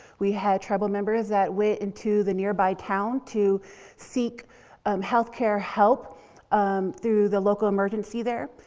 we had tribal members that went into the nearby town to seek um healthcare help um through the local emergency there.